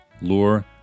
Lure